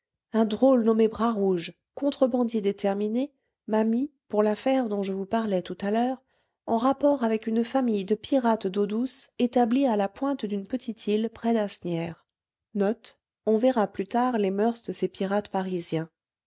un drôle nommé bras rouge contrebandier déterminé m'a mis pour l'affaire dont je vous parlais tout à l'heure en rapport avec une famille de pirates d'eau douce établie à la pointe d'une petite île près d'asnières